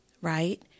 right